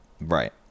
right